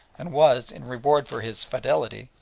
and was, in reward for his fidelity,